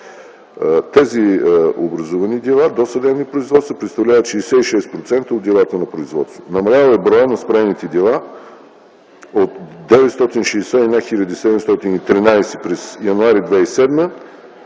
Тези образувани дела - досъдебни производства представляват 66% от делата на производство. Намалял е броят на спрените дела: от 961 хил. 713 през януари 2007